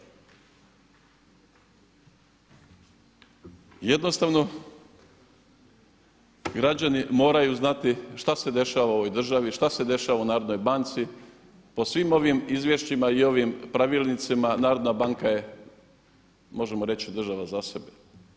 Jednostavno građani moraju znati šta se dešava u ovoj državi, šta se dešava u narodnoj banci, po svim ovim izvješćima i ovim pravilnicima narodna banka je možemo reći država za sebe.